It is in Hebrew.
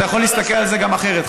אתה יכול להסתכל על זה גם אחרת,